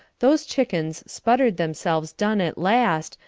those chickens sputtered themselves done at last,